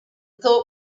thought